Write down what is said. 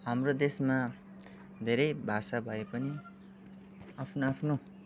हाम्रो देशमा धेरै भाषा भए पनि आफ्नो आफ्नो